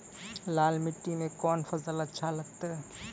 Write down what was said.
लाल मिट्टी मे कोंन फसल अच्छा लगते?